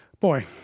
Boy